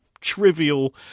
trivial